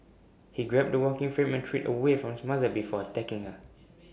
he grabbed the walking frame and threw IT away from his mother before attacking her